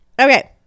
Okay